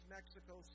Mexico